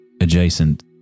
adjacent